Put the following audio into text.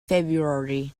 february